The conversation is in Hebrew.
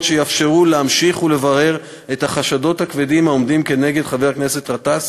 שיאפשרו להמשיך לברר את החשדות הכבדים העומדים נגד חבר הכנסת גטאס